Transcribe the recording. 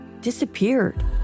disappeared